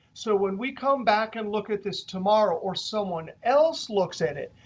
so when we come back and look at this tomorrow, or someone else looks at it,